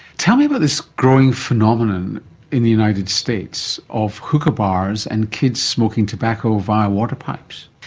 tell me about this growing phenomenon in the united states of hookah bars and kids smoking tobacco via water pipes.